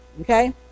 Okay